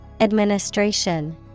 Administration